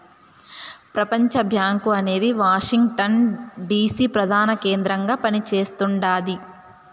ప్రపంచబ్యాంకు అనేది Washington DC ప్రదాన కేంద్రంగా పని చేస్తుండాది